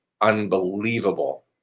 unbelievable